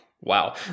Wow